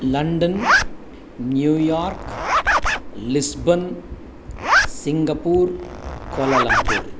London New York Lisbon Singapore Kuala Lumpur